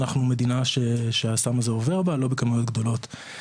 אנחנו מדינה שהסם הזה עובר בה אך לא בכמויות גדולות.